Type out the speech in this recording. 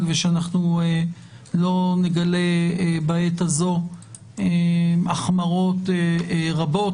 ושאנחנו לא נגלה בעת הזאת החמרות רבות,